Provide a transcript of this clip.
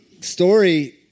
story